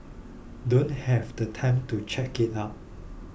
don't have the time to check it out